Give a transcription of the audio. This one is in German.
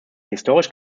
historisch